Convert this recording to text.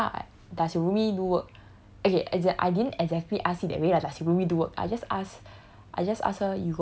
so I get that ya lah does your roomie do work okay I didn't exactly ask it that way like does your roomie do work I just ask